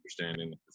understanding